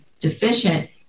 deficient